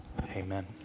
Amen